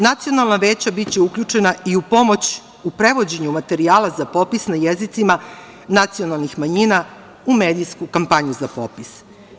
Nacionalna veća biće uključena i u pomoć u prevođenju materijala za popis na jezicima nacionalnih manjina u medijsku kampanju za popis.